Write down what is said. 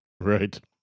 Right